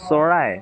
চৰাই